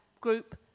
group